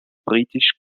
britisch